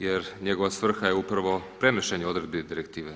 Jer njegova svrha je upravo prenošenje odredbi direktive.